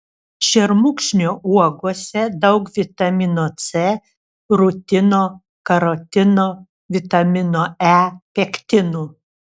šermukšnio uogose daug vitamino c rutino karotino vitamino e pektinų